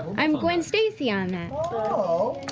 i'm gwen stacy on that.